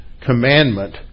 commandment